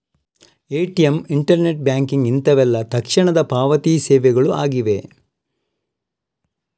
ATM, internet banking ಇಂತವೆಲ್ಲ ತಕ್ಷಣದ ಪಾವತಿ ಸೇವೆಗಳು ಆಗಿವೆ